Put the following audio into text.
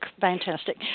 fantastic